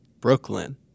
brooklyn